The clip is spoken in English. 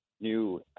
new